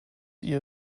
ihr